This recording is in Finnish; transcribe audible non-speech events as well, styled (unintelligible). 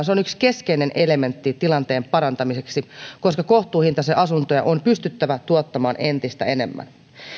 (unintelligible) se on yksi keskeinen elementti tilanteen parantamiseksi koska kohtuuhintaisia asuntoja on pystyttävä tuottamaan entistä enemmän